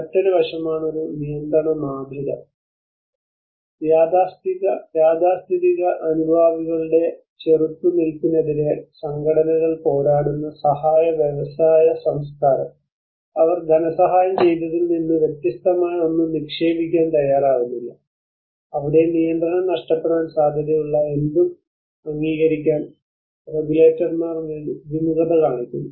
മറ്റൊരു വശമാണ് ഒരു നിയന്ത്രണ മാതൃക യാഥാസ്ഥിതിക അനുഭാവികളുടെ ചെറുത്തുനിൽപ്പിനെതിരെ സംഘടനകൾ പോരാടുന്ന സഹായ വ്യവസായ സംസ്കാരം അവർ ധനസഹായം ചെയ്തതിൽ നിന്ന് വ്യത്യസ്തമായ ഒന്നും നിക്ഷേപിക്കാൻ തയ്യാറാകുന്നില്ല അവിടെ നിയന്ത്രണം നഷ്ടപ്പെടാൻ സാധ്യതയുള്ള എന്തും അംഗീകരിക്കാൻ റെഗുലേറ്റർമാർ വിമുഖത കാണിക്കുന്നു